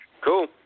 Cool